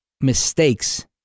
mistakes